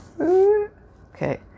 Okay